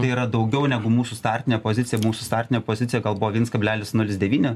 tai yra daugiau negu mūsų startinė pozicija mūsų startinė pozicija gal buvo vienas kablelis nulis devyni